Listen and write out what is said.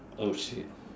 oh shit